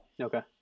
Okay